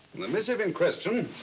the missing in question